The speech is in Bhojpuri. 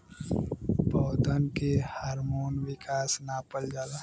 पौधन के हार्मोन विकास नापल जाला